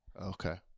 Okay